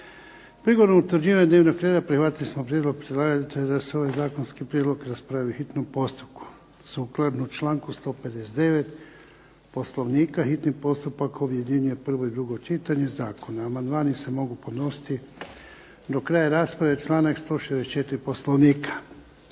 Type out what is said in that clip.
Prigodom utvrđivanja dnevnog reda prihvatili smo prijedlog predlagatelja da se ovaj zakonski prijedlog raspravi u hitnom postupku. Sukladno članku 159. Poslovnika hitni postupak objedinjuje prvo i drugo čitanje zakona. Amandmani se mogu podnositi do kraja rasprave, članak 164. Poslovnika.